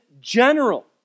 general